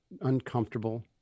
uncomfortable